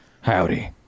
Howdy